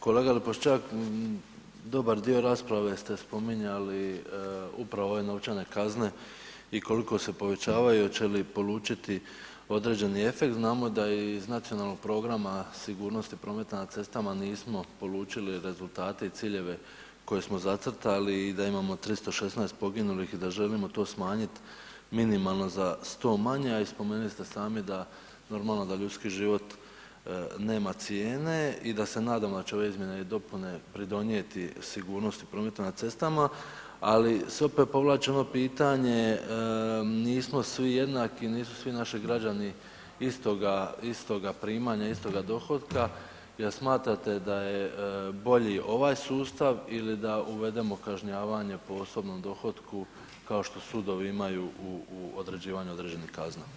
Kolega Lipovšćak, dobar dio rasprave ste spominjali upravo ove novčane kazne i koliko se povećavaju, hoće li polučiti određeni efekt, znamo da i iz Nacionalnog programa sigurnosti prometa na cestama nismo polučili rezultate i ciljeve koje smo zacrtali i da imamo 316 poginulih i da želimo to smanjit minimalno za 100 manje, a i spomenuli ste sami da normalno da ljudski život nema cijene i da se nadamo da će ove izmjene i dopune pridonijeti sigurnosti u prometu na cestama, ali se opet povlači ono pitanje nismo svi jednaki, nisu svi naši građani istoga primanja, istoga dohotka, jel smatrate da je bolji ovaj sustav ili da uvedemo kažnjavanje po osobnom dohotku kao što sudovi imaju u određivanju određenih kazna.